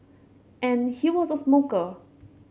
and he was a smoker